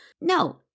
No